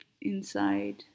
inside